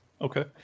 okay